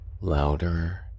louder